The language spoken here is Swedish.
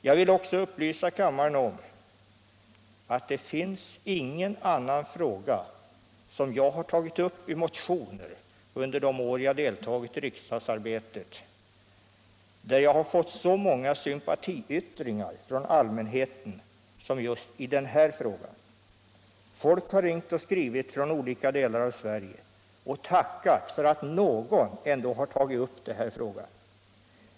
Jag vill också upplysa kammaren om att jag inte i någon annan fråga som jag har tagit upp i motioner under de år jag deltagit i riksdagsarbetet har fått så många sympatiyttringar från allmänheten som just i denna. Folk har ringt och skrivit från olika delar av Sverige och tackat för att ändå någon har tagit upp det här.